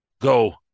go